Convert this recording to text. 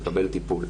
לקבל טיפול,